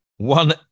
one